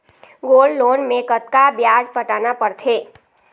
Gold loan मे कतका ब्याज पटाना पड़थे?